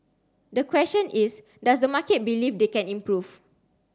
the question is does the market believe they can improve